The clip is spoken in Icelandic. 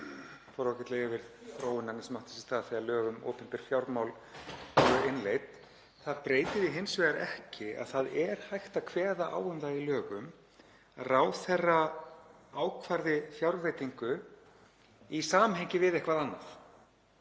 Hv. þingmaður fór ágætlega yfir þróunina sem átti sér stað þegar lög um opinber fjármál voru innleidd. Það breytir því hins vegar ekki að það er hægt að kveða á um það í lögum að ráðherra ákvarði fjárveitingu í samhengi við eitthvað annað.